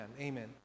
Amen